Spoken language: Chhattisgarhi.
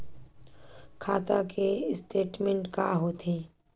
खाता के स्टेटमेंट का होथे?